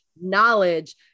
knowledge